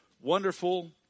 Wonderful